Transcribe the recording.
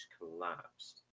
collapsed